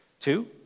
Two